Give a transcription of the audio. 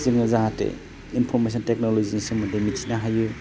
जोङो जाहाथे इनफरमेसन टेक्न'ल'जिनि सोमोन्दै मिथिनो हायो